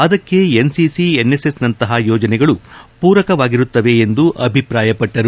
ಅದಕ್ಷೆ NCC N S S ನಂತಹ ಯೋಜನೆಗಳು ಪೂರಕವಾಗಿರುತ್ತವೆ ಎಂದು ಅಭಿಪ್ರಾಯಪಟ್ಟರು